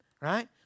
right